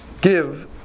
give